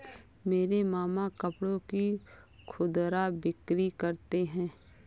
मेरे मामा कपड़ों की खुदरा बिक्री करते हैं